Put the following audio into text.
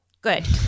Good